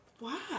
Wow